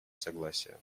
согласия